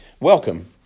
Welcome